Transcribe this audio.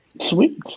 Sweet